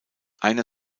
eine